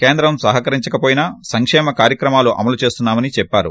కేంద్రం సహకరించకవోయినా సంకేమ కార్యక్రమాలు అమలు చేస్తున్నా మని చెప్పారు